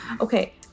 Okay